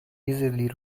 easily